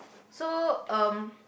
so um